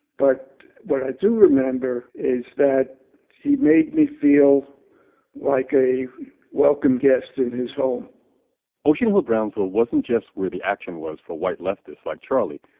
but what i do remember is that he made me feel like a welcome guest in his home ocean hill-brownsville wasn't just where the action was for white leftists like charlie.